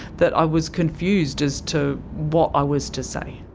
that i was confused as to what i was to say.